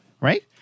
right